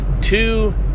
two